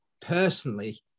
personally